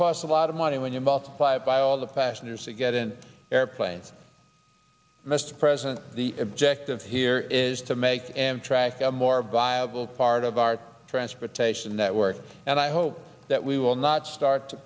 plus a lot of money when you multiply it by all the passengers to get in airplanes mr president the objective here is to make amtrak a more viable part of our transportation network and i hope that we will not start